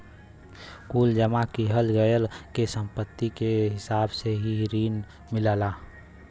कुल जमा किहल गयल के सम्पत्ति के हिसाब से ही रिन मिलला